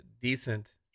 decent